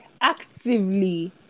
actively